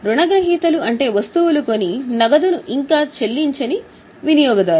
రుణ గ్రహీతలు అంటే వస్తువులు కొని నగదును ఇంకా చెల్లించని వినియోగదారులు